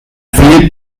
viel